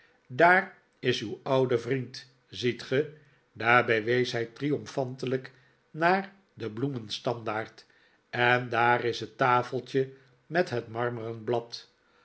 daar is uw oude vriend ziet ge daarbij wees hij triomfantelijk naar den bloemenstandaard en daar is het tafeltje met het marmeren blad